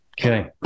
Okay